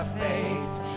fades